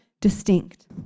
distinct